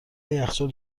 یخچال